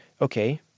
okay